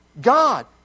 God